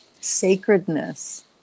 sacredness